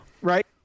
Right